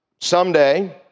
Someday